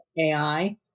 AI